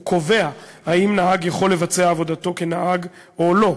הוא קובע אם נהג יכול לבצע עבודתו כנהג או לא,